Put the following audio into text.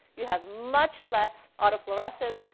you have much less auto fluorescence,